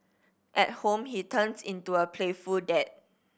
at home he turns into a playful dad